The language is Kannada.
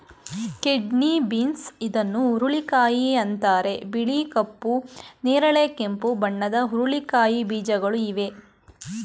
ಕಿಡ್ನಿ ಬೀನ್ಸ್ ಇದನ್ನು ಹುರುಳಿಕಾಯಿ ಅಂತರೆ ಬಿಳಿ, ಕಪ್ಪು, ನೇರಳೆ, ಕೆಂಪು ಬಣ್ಣದ ಹುರಳಿಕಾಯಿ ಬೀಜಗಳು ಇವೆ